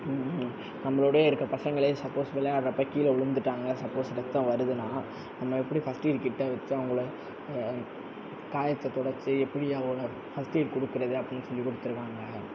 நம்பளோடேயே இருக்க பசங்களே சப்போஸ் விளையாடுறப்ப கீழே விழுந்துட்டாங்க சப்போஸ் ரத்தம் வருதுனால் நம்ம எப்படி ஃபஸ்ட்டைய்டு கிட்டே வச்சு அவங்கள காயத்தை தொடச்சு எப்படி அவங்க ஃபஸ்ட்டைய்டு கொடுக்குறத அப்படின்னு சொல்லிக்கொடுத்துருக்காங்க